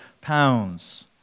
pounds